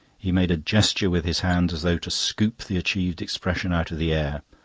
he made a gesture with his hand, as though to scoop the achieved expression out of the air,